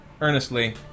earnestly